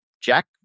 jack